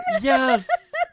Yes